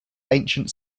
ancient